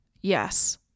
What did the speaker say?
Yes